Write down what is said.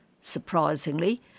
surprisingly